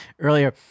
earlier